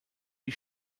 die